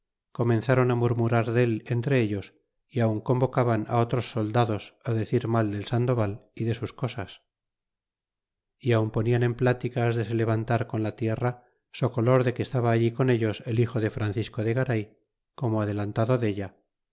á murmurar del entre ellos y aun convocaban otros soldados a decir mal del sandoval y de sus cosas y aun ponian en pláticas de se levantar con la tierra socolor de que estaba allí con ellos el hijo de francisco de garay como adelantado della